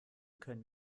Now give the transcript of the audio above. können